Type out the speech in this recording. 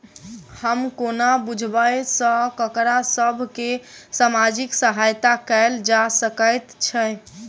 हम कोना बुझबै सँ ककरा सभ केँ सामाजिक सहायता कैल जा सकैत छै?